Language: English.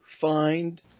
find